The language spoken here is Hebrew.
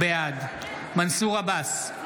בעד מנסור עבאס,